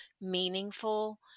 meaningful